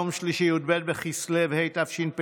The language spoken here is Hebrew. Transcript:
יום שלישי י"ב בכסלו התשפ"ג,